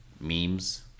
memes